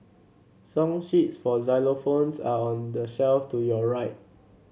song sheets for xylophones are on the shelf to your right